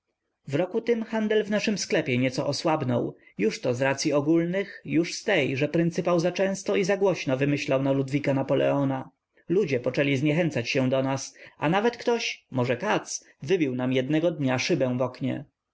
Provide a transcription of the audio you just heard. w roku tym handel w naszym sklepie nieco osłabnął jużto z racyi ogólnych już z tej że pryncypał zaczęsto i zagłośno wymyślał na ludwika napoleona ludzie poczęli zniechęcać się do nas a nawet ktoś może katz wybił nam jednego dnia szybę w oknie